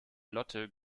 lotte